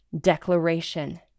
declaration